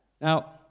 Now